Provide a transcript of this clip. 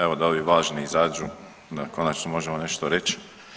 Evo, da ovi važni izađu da konačno možemo nešto reći.